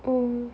oh